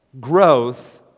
growth